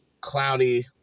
cloudy